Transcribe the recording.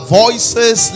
voices